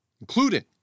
including